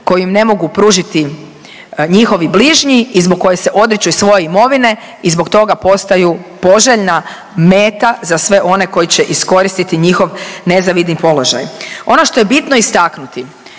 koju im ne mogu pružiti njihovi bližnji i zbog koje se odriču i svoje imovine i zbog toga postaju poželjna meta za sve one koji će iskoristiti njihov nezavidni položaj. Ono što je bitno istaknuti,